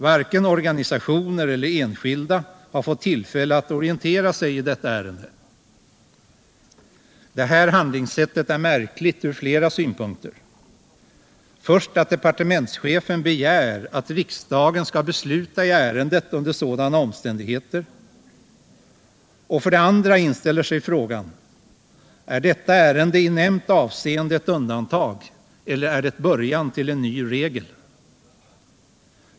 Varken organisationer eller enskilda har fått tillfälle att orientera sig i detta avseende. Det här handlingssättet är märkligt från flera synpunkter. För det första begär departementschefen att riksdagen skall besluta i ärendet under sådana omständigheter. Och för det andra inställer sig frågan: Är detta ärende i nämnt avseende ett undantag, eller är det början till en ny regel?